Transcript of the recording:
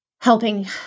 helping